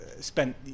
spent